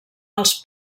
als